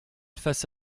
face